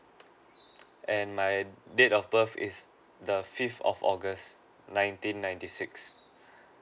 and my date of birth is the fifth of august nineteen ninety six